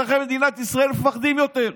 אזרחי מדינת ישראל מפחדים יותר.